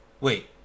Wait